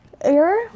Air